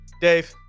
Dave